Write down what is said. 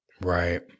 Right